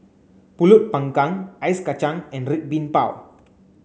Pulut panggang Ice Kacang and Red Bean Bao